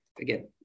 again